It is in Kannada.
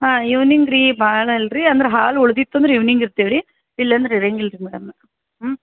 ಹಾಂ ಈವ್ನಿಂಗ್ ರೀ ಭಾಳ ಅಲ್ಲ ರೀ ಅಂದ್ರೆ ಹಾಲು ಉಳ್ದಿತ್ತು ಅಂದ್ರೆ ಈವ್ನಿಂಗ್ ಇರ್ತೀವಿ ರೀ ಇಲ್ಲಾಂದ್ರೆ ಇರೋಂಗಿಲ್ರೀ ಮೇಡಮ್ ಹ್ಞೂ